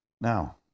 Now